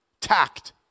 Tact